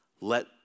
let